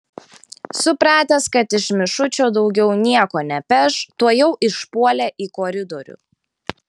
supratęs kad iš mišučio daugiau nieko nepeš tuojau išpuolė į koridorių